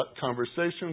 conversations